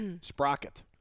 Sprocket